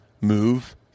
move